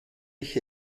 ich